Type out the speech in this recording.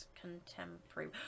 contemporary